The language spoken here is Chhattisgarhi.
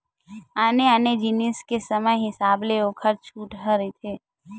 आने आने जिनिस के समे हिसाब ले ओखर छूट ह रहिथे